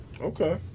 Okay